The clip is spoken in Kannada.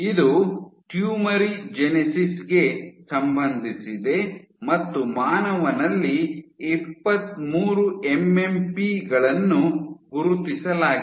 ಇದು ಟ್ಯೂಮರಿಜೆನೆಸಿಸ್ ಗೆ ಸಂಬಂಧಿಸಿದೆ ಮತ್ತು ಮಾನವನಲ್ಲಿ ಇಪ್ಪತ್ಮೂರು ಎಂಎಂಪಿ ಗಳನ್ನು ಗುರುತಿಸಲಾಗಿದೆ